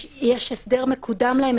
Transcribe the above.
יש הסדר שמקודם להם,